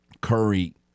curry